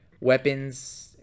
weapon's